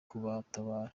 kubatabara